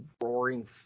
roaring